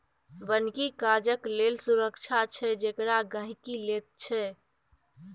बन्हकी कर्जाक लेल सुरक्षा छै जेकरा गहिंकी लैत छै